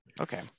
Okay